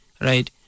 right